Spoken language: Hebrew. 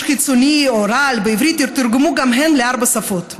חיצוני" או "רעל" בעברית יתורגמו גם הן לארבע השפות.